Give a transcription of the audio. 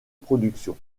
production